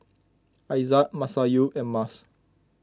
Aizat Masayu and Mas